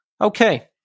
Okay